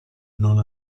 non